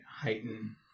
heighten